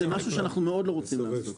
זה משהו שאנחנו מאוד לא רוצים לעשות.